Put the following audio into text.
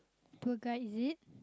tour guide is it